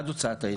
עד הוצאת ההיתר.